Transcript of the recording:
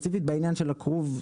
ספציפית בעניין של הכרוב,